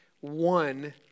one